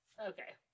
Okay